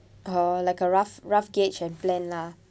oh like a rough rough gauge and plan lah